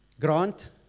Grant